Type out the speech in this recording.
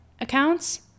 accounts